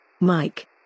Mike